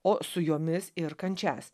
o su jomis ir kančias